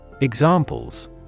Examples